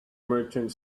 merchant